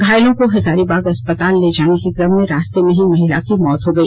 घायलों को हजारीबाग अस्पताल ले जाने के कम में रास्ते में ही महिला की मौत हो गई